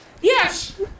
Yes